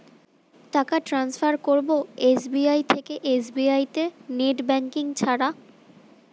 টাকা টান্সফার করব এস.বি.আই থেকে এস.বি.আই তে নেট ব্যাঙ্কিং ছাড়া?